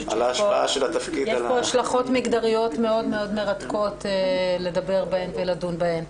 יש פה השלכות מגדריות מאוד מאוד מרתקות לדבר בהן ולדון בהן.